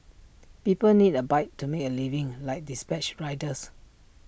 people need A bike to make A living like dispatch riders